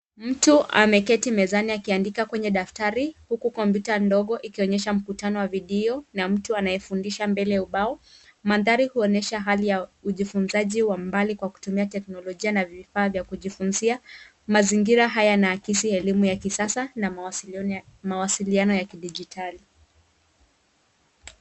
Mtu ameketi mezani akiandika kwenye daftari, huku kompyuta ndogo ikionyesha mkutano wa video na mtu anayefundisha mbele ya ubao. Mandhari huonyesha hali ya ujifunzaji wa mbali kwa kutumia teknolojia na vifaa vya kujifunzia. Mazingira haya yanaakisi elimu ya kisasa na mawasiliano ya kidijitali.